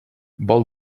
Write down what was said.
vol